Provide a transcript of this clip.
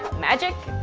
magic?